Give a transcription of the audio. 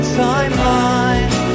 timeline